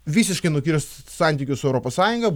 visiškai nukirst santykius su europos sąjunga